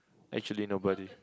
actually nobody